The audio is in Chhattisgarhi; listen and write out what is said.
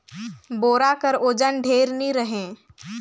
बोरा कर ओजन ढेर नी रहें